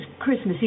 Christmas